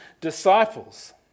disciples